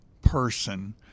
person